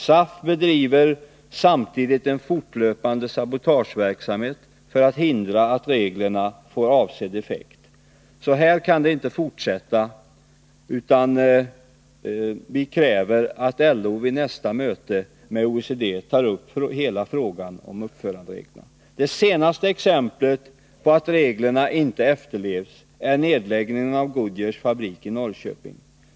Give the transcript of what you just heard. SAF bedriver samtidigt en fortlöpande sabotageverksamhet för att hindra att reglerna får avsedd effekt. Så här kan det inte fortsätta, skriver Fabriks i ett brev till LO och kräver att LO vid nästa möte med OECD tar upp hela frågan om uppförandereglerna. Det senaste exemplet på att reglerna inte efterlevs är nedläggningen av Goodyears fabrik i Norrköping.